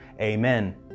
Amen